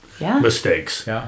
mistakes